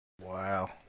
Wow